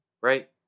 right